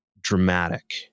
dramatic